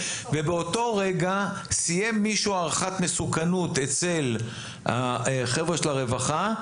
באותו רגע סיים מישהו הערכת מסוכנות אצל החבר'ה של הרווחה,